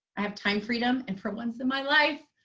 i have time, freedom. and for once in my life,